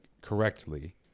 correctly